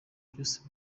byose